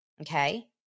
Okay